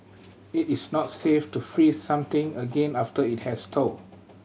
it is not safe to freeze something again after it has thawed